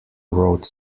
wrote